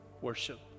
Worship